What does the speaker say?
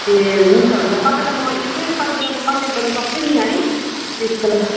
ए हुन्छ हुन्छ तपाईँलाई म यसमै तपाईँलाई म कन्ट्याक्ट गर्नसक्छु नि है त्यसको लागि